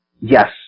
yes